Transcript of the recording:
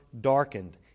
darkened